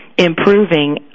improving